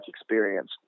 experience